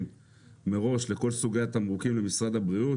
מראש לכל סוגי התמרוקים למשרד הבריאות.